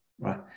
right